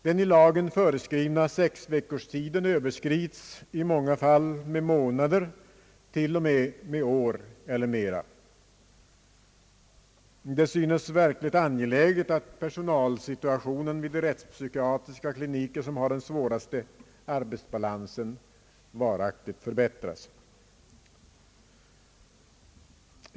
Den i lagen föreskrivna sexveckorstiden överskrids i många fall med månader, ja, med år eller mera, Det synes verkligt angeläget att personalsituationen vid de rättspsykiatriska kliniker som har den största arbetsbalansen varaktigt förbättras.